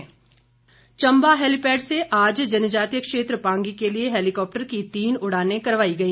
उड़ान चंबा हैलीपेड से आज जनजातीय क्षेत्र पांगी के लिए हेलीकॉप्टर की तीन उड़ाने करवाई गई